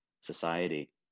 society